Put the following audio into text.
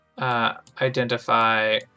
Identify